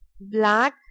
black